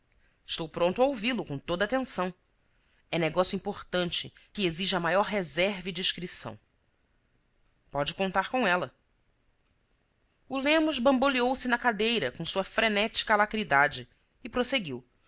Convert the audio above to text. estou pronto a ouvi-lo com toda a atenção é negócio importante que exige a maior reserva e discrição pode contar com ela o lemos bamboleou se na cadeira com sua frenética ala cridade e prosseguiu